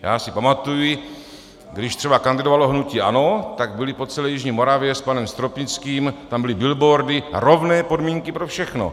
Já si pamatuji, když třeba kandidovalo hnutí ANO, tak byly po celé jižní Moravě s panem Stropnickým tam byly billboardy: Rovné podmínky pro všechny.